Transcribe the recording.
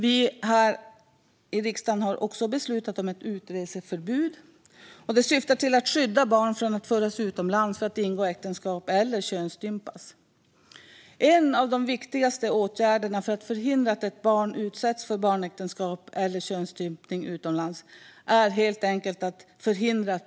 En av de viktigaste åtgärderna för att förhindra att barn utsätts för barnäktenskap eller könsstympning utomlands är att förhindra att barnet lämnar Sverige, och vi här i riksdagen har också beslutat om ett utreseförbud som syftar till att skydda barn från att föras utomlands för att ingå äktenskap eller könsstympas.